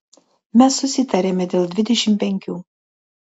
mes susitarėme dėl dvidešimt penkių